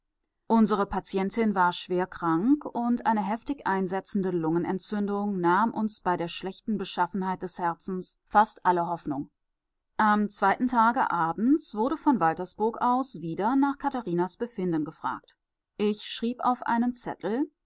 unsere patientin war schwer krank und eine heftig einsetzende lungenentzündung nahm uns bei der schlechten beschaffenheit des herzens fast alle hoffnung am zweiten tage abends wurde von waltersburg aus wieder nach katharinas befinden gefragt ich schrieb auf einem zettel